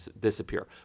disappear